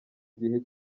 gihe